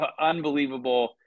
unbelievable